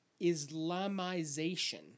Islamization